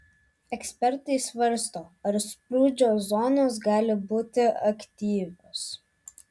ekspertai svarsto ar sprūdžio zonos gali būti aktyvios